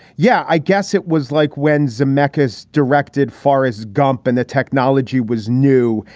yeah. i guess it was like when zemeckis directed forrest gump and the technology was new.